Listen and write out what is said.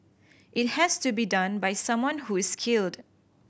it has to be done by someone who's skilled